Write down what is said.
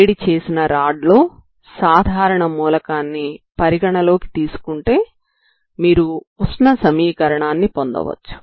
వేడిచేసిన rod లో సాధారణ మూలకాన్ని పరిగణలోకి తీసుకుంటే మీరు ఉష్ణ సమీకరణాన్ని పొందవచ్చు